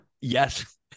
yes